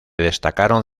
destacaron